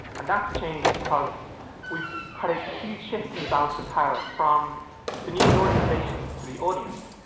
and that's changed, because we've had a huge shift in the balance of power from the news organizations to the audience.